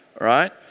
right